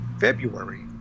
February